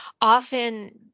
Often